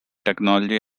technology